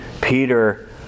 Peter